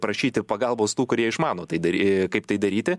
prašyti pagalbos tų kurie išmano tai dary kaip tai daryti